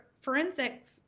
forensics